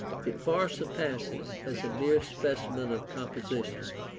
it far surpasses, as a mere specimen of composition,